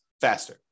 faster